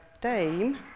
Dame